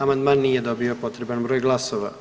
Amandman nije dobio potreban broj glasova.